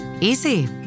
Easy